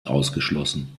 ausgeschlossen